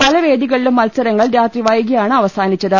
പലവേദികളിലും മത്സരങ്ങൾ രാത്രിവൈകിയാണ് അവസാനിച്ചത്